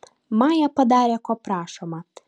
maja padarė ko prašoma